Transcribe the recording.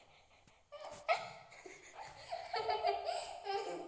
ಭೂ ಅಭಿವೃದ್ಧಿ ಬ್ಯಾಂಕ್ ಭೂಮಿ ಮತ್ತು ವ್ಯವಹಾರದ ಅಭಿವೃದ್ಧಿಗೆ ದೀರ್ಘಾವಧಿಯ ಹಣವನ್ನು ಒದಗಿಸುತ್ತದೆ